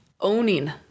owning